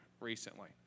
recently